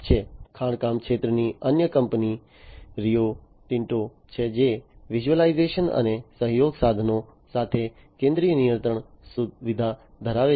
ખાણકામ ક્ષેત્રની અન્ય કંપની રિયો ટિન્ટો છે જે વિઝ્યુલાઇઝેશન અને સહયોગ સાધનો સાથે કેન્દ્રીય નિયંત્રણ સુવિધા ધરાવે છે